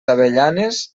avellanes